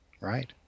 right